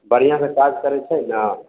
बढ़िआँसँ काज करै छै ने